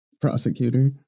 prosecutor